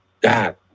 god